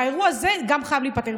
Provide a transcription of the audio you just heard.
האירוע הזה של המסעדות חייב להיפתר.